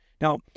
Now